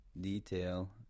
detail